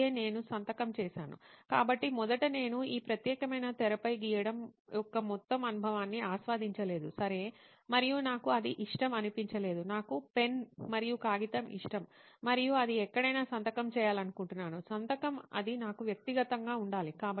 అదే నేను సంతకం చేసాను కాబట్టి మొదట నేను ఈ ప్రత్యేకమైన తెరపై గీయడం యొక్క మొత్తం అనుభవాన్ని ఆస్వాదించలేదు సరే మరియు నాకు అది ఇష్టం అనిపించ లేదు నాకు పెన్ మరియు కాగితం ఇష్టం మరియు అది ఎక్కడైనా సంతకం చేయాలనుకుంటున్నాను సంతకం అది నాకు వ్యక్తిగతంగా ఉండాలి